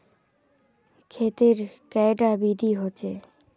खेत तेर कैडा विधि होचे?